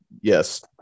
Yes